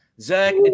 Zach